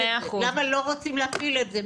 למה לא רוצים להפעיל את זה,